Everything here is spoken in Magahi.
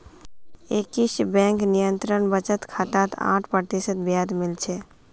एक्सिस बैंक निरंतर बचत खातात आठ प्रतिशत ब्याज मिल छेक